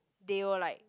they were like